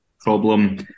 problem